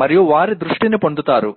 మరియు వారి దృష్టిని పొందుతారు